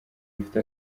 bifite